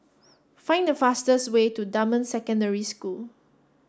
find the fastest way to Dunman Secondary School